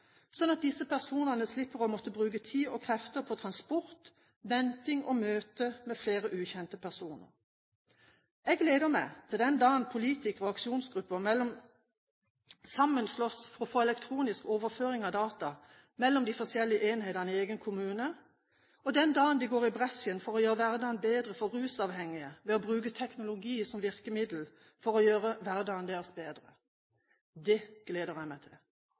at disse personene slipper å måtte bruke tid og krefter på transport, venting og møte med flere ukjente personer. Jeg gleder meg til den dagen politikere og aksjonsgrupper sammen slåss for å få elektronisk overføring av data mellom de forskjellige enhetene i egen kommune, og den dagen de går i bresjen for å gjøre hverdagen bedre for rusavhengige ved å bruke teknologi som virkemiddel for å gjøre hverdagen deres bedre. Det gleder jeg meg til!